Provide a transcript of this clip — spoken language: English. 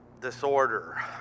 disorder